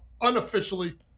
unofficially